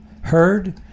heard